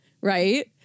right